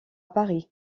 paris